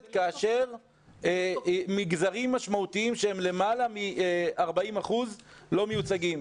כאשר מגזרים משמעותיים שהם למעלה מ-40% לא מיוצגים?